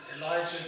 Elijah